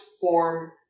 form